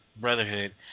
brotherhood